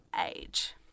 age